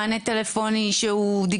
בין אם זה במענה טלפוני שהוא דיגיטלי,